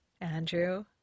Andrew